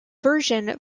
version